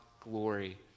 glory